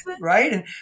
right